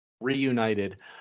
reunited